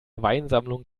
weinsammlung